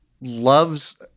loves